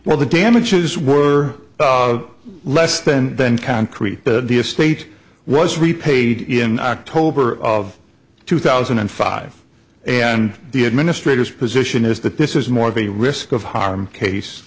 well the damages were less than then concrete the estate was repaid in october of two thousand and five and the administrators position is that this is more of a risk of harm case